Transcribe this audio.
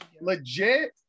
Legit